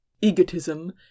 egotism